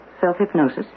Self-hypnosis